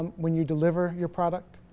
when you deliver your product